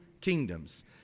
kingdoms